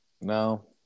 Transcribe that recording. No